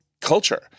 culture